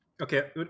Okay